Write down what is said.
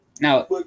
Now